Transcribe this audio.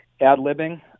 ad-libbing